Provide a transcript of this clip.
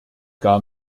gar